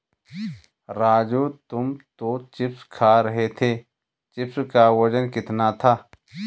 राजू तुम जो चिप्स खा रहे थे चिप्स का वजन कितना था?